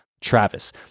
travis